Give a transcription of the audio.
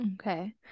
Okay